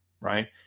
Right